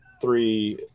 three